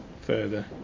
further